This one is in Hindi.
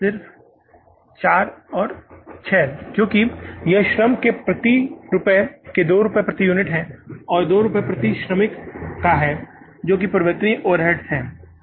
डबल सिर्फ 4 और यह 6 है क्योंकि यह श्रम के प्रति रुपये के 2 रुपये प्रति यूनिट है यह 2 रुपये प्रति श्रमिक का है जो परिवर्तनीय ओवरहेड है